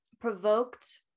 provoked